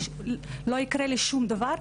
ולא יקרה לי שום דבר.